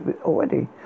already